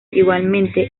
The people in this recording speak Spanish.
igualmente